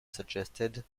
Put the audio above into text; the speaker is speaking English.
suggested